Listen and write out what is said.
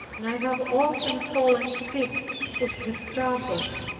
and i have often fallen sick with the struggle.